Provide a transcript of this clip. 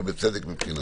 ובצדק מבחינתו.